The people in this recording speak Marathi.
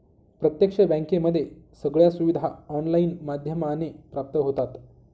प्रत्यक्ष बँकेमध्ये सगळ्या सुविधा ऑनलाईन माध्यमाने प्राप्त होतात